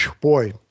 Boy